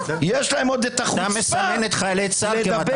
ויש להם עוד את החוצפה --- אתה מסמן את חיילי צה"ל כמטרות.